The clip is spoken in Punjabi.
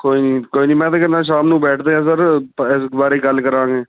ਕੋਈ ਨਹੀਂ ਕੋਈ ਨਹੀਂ ਮੈਂ ਤਾਂ ਕਹਿੰਦਾ ਸ਼ਾਮ ਨੂੰ ਬੈਠਦੇ ਹਾਂ ਸਰ ਪ ਬਾਰੇ ਗੱਲ ਕਰਾਂਗੇ